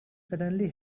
suddenly